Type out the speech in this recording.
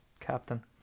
captain